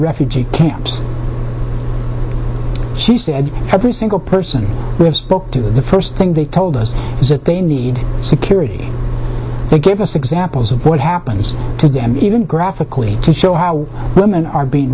refugee camps she said every single person we have spoke to the first thing they told us is that they need security to give us examples of what happens to them even graphically to show how women are being